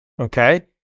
okay